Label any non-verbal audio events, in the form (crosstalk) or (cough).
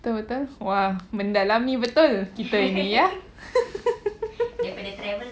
betul-betul !wah! mendalami betul kita ni ya (laughs)